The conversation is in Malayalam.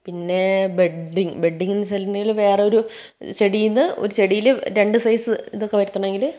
പിന്നേ ബഡ്ഡിംഗ് ബഡ്ഡിംഗ് എന്ന് വച്ചിട്ടുണ്ടങ്കിൽ വേറൊരു ചെടിയിൽനിന്ന് ഒരു ചെടിയിൽ രണ്ടു സൈസ് ഇതൊക്കെ വരുത്തണമെങ്കിൽ